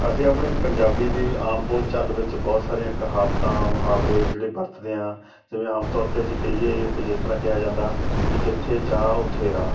ਅਸੀਂ ਆਪਣੀ ਪੰਜਾਬੀ ਦੀ ਆਮ ਬੋਲਚਾਲ ਵਿੱਚ ਬਹੁਤ ਸਾਰੀਆਂ ਕਹਾਵਤਾਂ ਮੁਹਾਵਰੇ ਜਿਹੜੇ ਵਰਤਦੇ ਹਾਂ ਜਿਵੇਂ ਆਮ ਤੌਰ 'ਤੇ ਅਸੀਂ ਕਹੀਏ ਪਈ ਜਿਸ ਤਰ੍ਹਾਂ ਕਿਹਾ ਜਾਂਦਾ ਪਈ ਜਿੱਥੇ ਚਾਹ ਉੱਥੇ ਰਾਹ